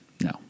No